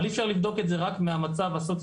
אבל אי אפשר לבדוק את זה רק מהמצב הסוציואקונומי,